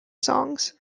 songs